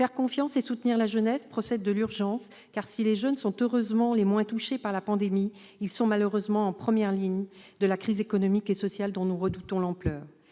Faire confiance à la jeunesse et la soutenir, cela relève de l'urgence, car, si les jeunes sont heureusement les moins touchés par la pandémie, ils sont malheureusement en première ligne de la crise économique et sociale dont nous redoutons l'ampleur.